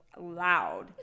loud